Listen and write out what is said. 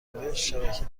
نوشتشبکه